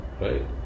right